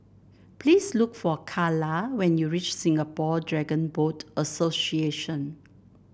please look for Karla when you reach Singapore Dragon Boat Association